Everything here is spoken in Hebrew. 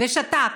ושתק.